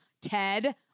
Ted